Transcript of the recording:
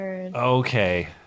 Okay